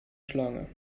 schlange